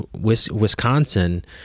Wisconsin